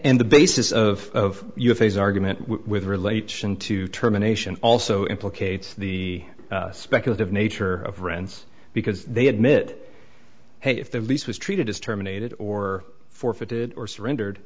and the basis of your face argument with relates into terminations also implicates the speculative nature of rents because they admit hey if the lease was treated as terminated or forfeited or surrendered